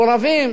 למקורבים.